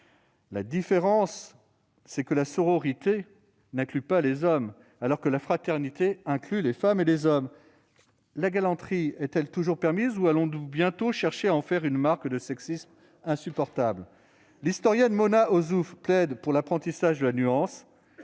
La différence, c'est que la sororité n'inclut pas les hommes, alors que la fraternité inclut les femmes et les hommes. La galanterie est-elle toujours permise ou allons-nous bientôt chercher à en faire une marque de sexisme insupportable ? L'historienne Mona Ozouf plaide pour l'apprentissage de la nuance